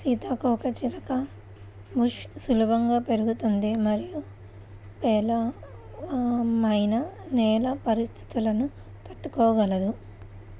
సీతాకోకచిలుక బుష్ సులభంగా పెరుగుతుంది మరియు పేలవమైన నేల పరిస్థితులను తట్టుకోగలదు